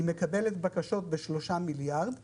היא מקבלת בקשות בהיקף של 3 מיליארד שקל,